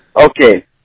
Okay